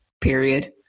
period